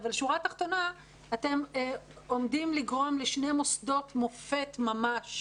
אבל בשורה התחתונה אתם עומדים לגרום לשני מוסדות מופת ממש